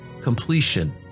completion